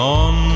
on